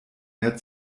mehr